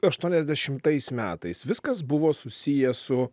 aštuoniasdešimtais metais viskas buvo susiję su